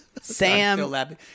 Sam